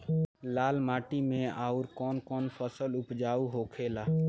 लाल माटी मे आउर कौन कौन फसल उपजाऊ होखे ला?